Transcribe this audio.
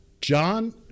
John